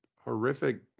horrific